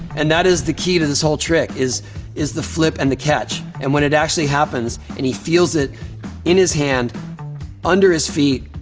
and that is the key to this whole trick is is the flip and the catch. and when it actually happens and he feels it in his hand under his feet,